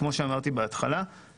כפי שאמרתי בהתחלה,